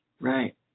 Right